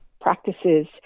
practices